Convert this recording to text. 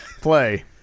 play